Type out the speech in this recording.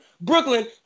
Brooklyn